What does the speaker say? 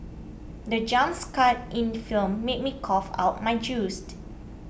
the jump scare in film made me cough out my juiced